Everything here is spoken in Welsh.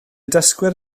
dysgwyr